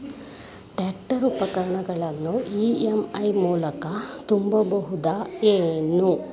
Tractor ಉಪಕರಣಗಳನ್ನು EMI ಮೂಲಕ ತುಂಬಬಹುದ ಏನ್?